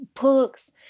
books